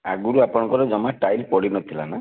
ଆଗରୁ ଆପଣଙ୍କର ଜମା ଟାଇଲ୍ ପଡ଼ିନଥିଲା ନା